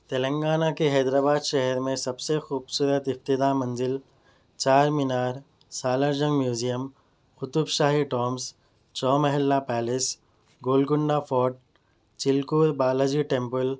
تلنگانہ کے حیدر آباد شہر میں سب سے خوبصورت ابتدا منزل Charminar Salar Jung museum Qutb Shahi tombs Chowmahalla palace Golconda fort Chilkur Balaji temple